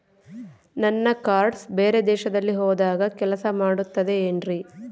ನನ್ನ ಕಾರ್ಡ್ಸ್ ಬೇರೆ ದೇಶದಲ್ಲಿ ಹೋದಾಗ ಕೆಲಸ ಮಾಡುತ್ತದೆ ಏನ್ರಿ?